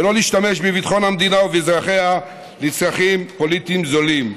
ולא להשתמש בביטחון המדינה ובאזרחיה לצרכים פוליטיים זולים.